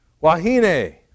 Wahine